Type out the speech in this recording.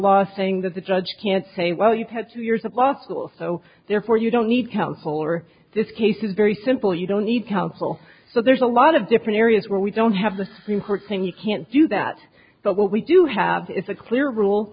law saying that the judge can't say well you've had two years of law school so therefore you don't need counsel or this case is very simple you don't need counsel so there's a lot of different areas where we don't have the supreme court thing you can't do that but what we do have is a clear rule